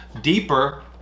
deeper